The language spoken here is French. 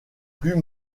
plus